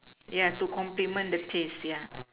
ya to complement the taste ya